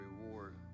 reward